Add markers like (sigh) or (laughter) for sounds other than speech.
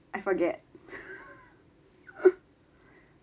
I forget (laughs)